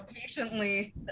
patiently